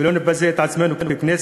ולא נבזה את עצמנו ככנסת.